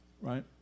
right